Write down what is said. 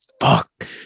fuck